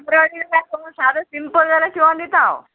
embroidery जाल्या सादें simple जाल्या शिंवोन दिता हांव